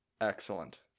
excellent